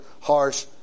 harsh